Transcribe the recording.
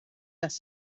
las